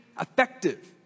effective